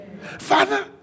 Father